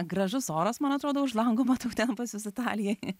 gražus oras man atrodo už lango matau ten pas jus italijoj